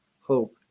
hope